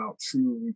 true